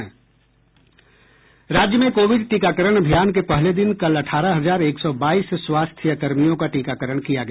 राज्य में कोविड टीकाकरण अभियान के पहले दिन कल अठारह हजार एक सौ बाईस स्वास्थ्य कर्मियों का टीकाकरण किया गया